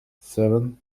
seven